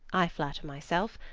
i flatter myself,